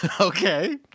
Okay